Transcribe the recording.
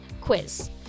quiz